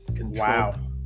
Wow